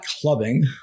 clubbing